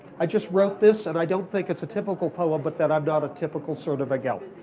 i just wrote this and i don't think it's typical poem but then i'm not a typical sort of a gal